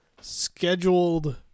scheduled